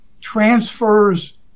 transfers